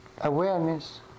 awareness